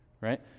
right